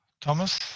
Thomas